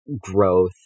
growth